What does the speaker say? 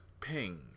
ping